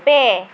ᱯᱮ